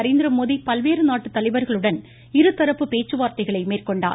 நரேந்திரமோடி பல்வேறு ஒரு பகுதியாக நாட்டு தலைவர்களுடன் இருதரப்பு பேச்சுவார்த்தைகளை மேற்கொண்டார்